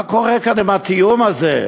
מה קורה כאן עם הקיום הזה?